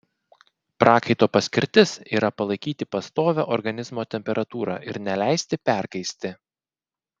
prakaito paskirtis yra palaikyti pastovią organizmo temperatūrą ir neleisti perkaisti